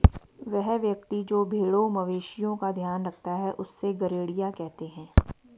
वह व्यक्ति जो भेड़ों मवेशिओं का ध्यान रखता है उससे गरेड़िया कहते हैं